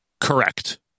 Correct